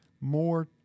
more